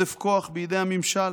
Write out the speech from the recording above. עודף כוח בידי הממשל